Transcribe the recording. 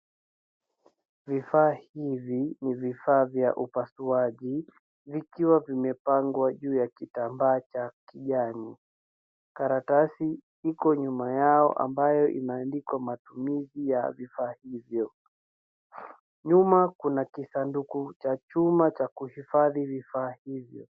Vifaa hivi, ni vifaa vya upasuaji vikiwa zimepangwa juu ya kutambaa ya kijani. Karatasi iko nyuma yao ambao imeandikwa matumizi ya vifaa hivyo. Nyuma kuna kijisanduku cha chuma ya kuhifadhi vifaa hivyo.